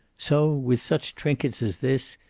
so, with such trinkets as this,